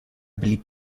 blieb